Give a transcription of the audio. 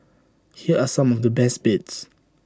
here are some of the best bits